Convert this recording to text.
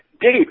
Dave